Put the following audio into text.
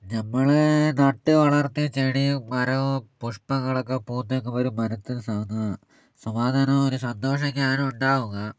നമ്മൾ നട്ടു വളർത്തിയ ചെടിയും മരവും പുഷ്പങ്ങളൊക്കെ പൂത്ത് നിൽക്കുമ്പോൾ ഒരു മനസ്സിനു ഒരു സമാധാനവും ഒരു സന്തോഷവുമൊക്കെയാണ് ഉണ്ടാവുക